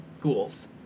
ghouls